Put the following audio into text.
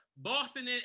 Boston